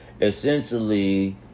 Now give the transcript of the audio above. essentially